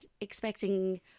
expecting